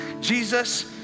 Jesus